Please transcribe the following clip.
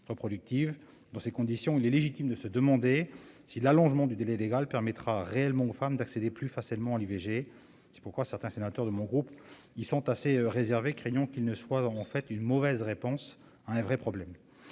Dans ces conditions, il est légitime de se demander si l'allongement du délai légal permettra réellement aux femmes d'accéder plus facilement à l'IVG. C'est pourquoi certains sénateurs de mon groupe se montrent assez réservés, craignant que cette mesure ne soit, en fait, une mauvaise réponse à un vrai problème.